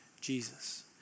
Jesus